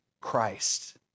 Christ